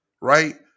right